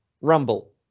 Rumble